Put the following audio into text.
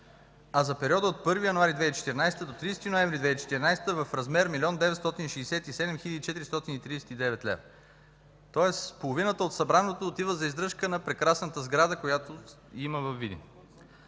а за периода от 1 януари 2014 г. до 30 ноември 2014 г. – в размер 1 млн. 967 хил. 439 лв., тоест половината от събраното отива за издръжка на прекрасната сграда, която има във Видин.